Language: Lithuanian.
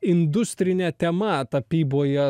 industrinė tema tapyboje